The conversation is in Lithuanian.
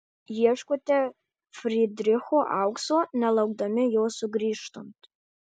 ieškote frydricho aukso nelaukdami jo sugrįžtant